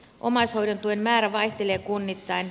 omaishoidon tuen määrä vaihtelee kunnittain